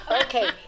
Okay